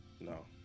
No